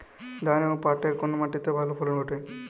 ধান এবং পাটের কোন মাটি তে ভালো ফলন ঘটে?